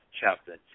chapter